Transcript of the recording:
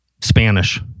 Spanish